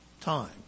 time